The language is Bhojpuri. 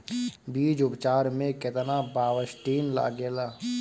बीज उपचार में केतना बावस्टीन लागेला?